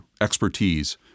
expertise